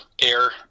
air